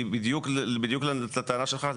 היא בדיוק לטענה שלך,